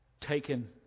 taken